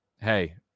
Hey